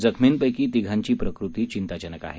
जखमींपैकी तिघांची प्रकृती चिंताजनक आहे